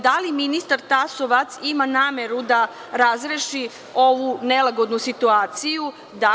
Da li ministar Tasovac ima nameru da razreši ovu nelagodnu situaciju?